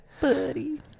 Buddy